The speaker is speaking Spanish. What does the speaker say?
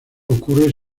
ocurre